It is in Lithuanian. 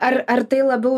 ar ar tai labiau